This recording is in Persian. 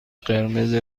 قرمز